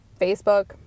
Facebook